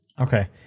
Okay